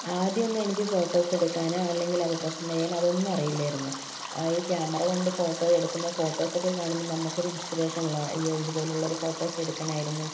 ആദ്യമൊന്നും എനിക്ക് ഫോട്ടോസെടുക്കാനോ അല്ലെങ്കിൽ അത് പ്രസൻ്റെയ്യാനോ അതൊന്നും അറിയില്ലായിരുന്നു അതീ ക്യാമറ കൊണ്ട് ഫോട്ടോ എടുക്കുമ്പോൾ ഫോട്ടോസൊക്കെ കാണുമ്പോൾ നമുക്കൊരു ഇൻസ്പിറേഷൻ ആണല്ലോ അയ്യോ ഇത് പോലുള്ളൊരു ഫോട്ടോസെടുക്കണമായിരുന്നു